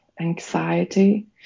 anxiety